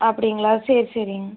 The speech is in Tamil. அப்படிங்களா சரி சரிங்க